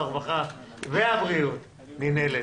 הרווחה והבריאות ננעלת.